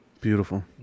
Beautiful